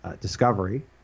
Discovery